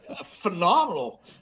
phenomenal